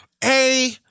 hey